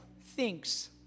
thinks